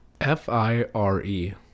F-I-R-E